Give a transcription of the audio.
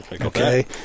Okay